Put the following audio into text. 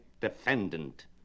defendant